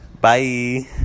Bye